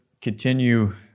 continue